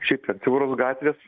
šiaip ten siauros gatvės